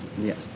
Yes